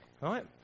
Right